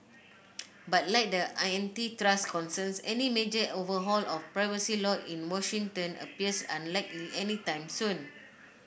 but like the antitrust concerns any major overhaul of privacy law in Washington appears unlikely anytime soon